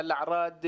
תל ערד,